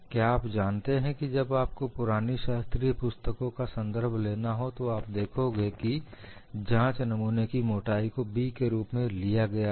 क्या आप जानते हैं कि जब आपको पुरानी शास्त्रीय पुस्तकों का संदर्भ लेना हो हैं तो आप देखोगे कि जांच नमूने की मोटाई को 'B' के रूप में लिया गया है